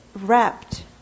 wrapped